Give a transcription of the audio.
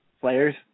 players